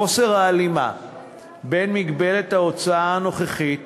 חוסר ההלימה בין מגבלת ההוצאה הנוכחית